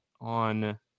on